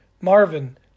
Marvin